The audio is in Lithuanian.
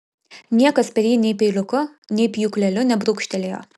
niekas per jį nei peiliuku nei pjūkleliu nebrūkštelėjo